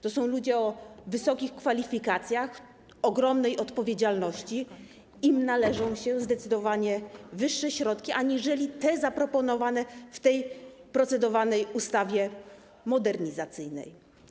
To są ludzie o wysokich kwalifikacjach, z ogromną odpowiedzialnością, im należą się zdecydowanie wyższe środki aniżeli te zaproponowane w procedowanej ustawie modernizacyjnej.